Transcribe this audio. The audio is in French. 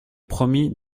promis